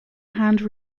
hand